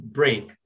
break